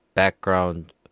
Background